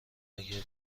اگه